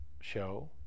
show